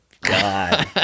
god